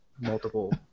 multiple